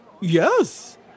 Yes